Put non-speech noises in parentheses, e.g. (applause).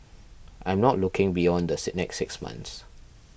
I'm not looking beyond the (hesitation) next six months